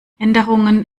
änderungen